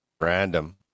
Random